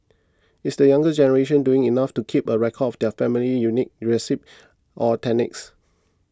is the younger generation doing enough to keep a record of their family's unique recipes or techniques